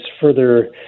further